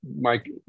Mike